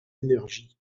énergies